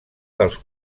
dels